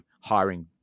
hiring